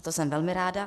Za to jsem velmi ráda.